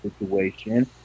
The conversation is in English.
situation